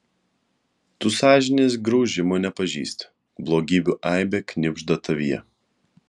tu sąžinės graužimo nepažįsti blogybių aibė knibžda tavyje